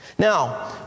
Now